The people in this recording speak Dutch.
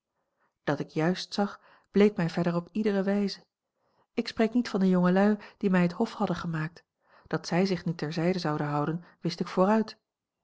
dat ik juist zag bleek mij verder op iedere wijze ik spreek niet van de jongelui die mij het hof hadden gemaakt dat zij zich nu ter zijde zouden houden wist ik vooruit